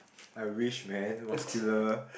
I wish man muscular